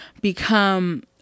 become